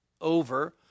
over